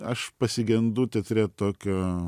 aš pasigendu teatre tokio